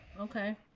Okay